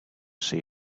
see